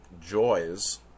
joys